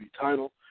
title